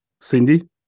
Cindy